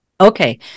Okay